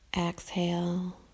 Exhale